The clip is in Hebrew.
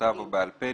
בכתב או בעל פה,